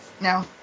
No